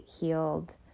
healed